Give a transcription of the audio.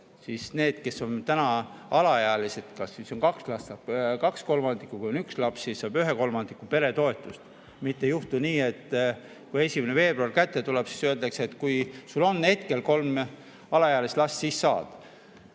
siis need, kes on täna alaealised – kui on kaks last, saab kaks kolmandikku, kui on üks laps, siis saab ühe kolmandiku –, saavad peretoetust. Mitte ei juhtu nii, et kui 1. veebruar kätte tuleb, siis öeldakse, et kui sul on hetkel kolm alaealist last, siis saad.